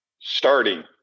starting